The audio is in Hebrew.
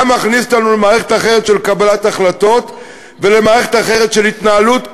היה מכניס אותנו למערכת אחרת של קבלת החלטות ולמערכת אחרת של התנהלות,